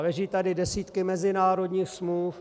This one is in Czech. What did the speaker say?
Leží tu desítky mezinárodních smluv.